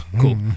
Cool